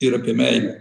ir apie meilę